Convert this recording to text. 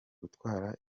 gutwara